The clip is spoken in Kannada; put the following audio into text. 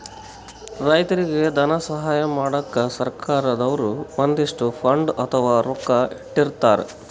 ರೈತರಿಗ್ ಧನ ಸಹಾಯ ಮಾಡಕ್ಕ್ ಸರ್ಕಾರ್ ದವ್ರು ಒಂದಿಷ್ಟ್ ಫಂಡ್ ಅಥವಾ ರೊಕ್ಕಾ ಇಟ್ಟಿರ್ತರ್